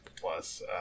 plus